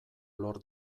lor